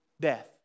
death